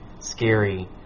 scary